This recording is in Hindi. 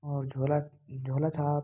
और झोला झोला छाप